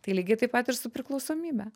tai lygiai taip pat ir su priklausomybe